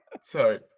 sorry